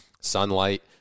sunlight